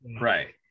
right